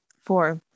Four